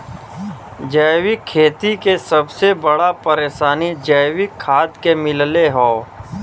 जैविक खेती के सबसे बड़ा परेशानी जैविक खाद के मिलले हौ